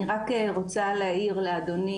אני רק רוצה להעיר לאדוני,